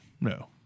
no